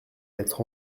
être